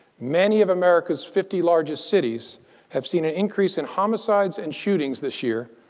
many of america's fifty largest cities have seen an increase in homicides and shootings this year,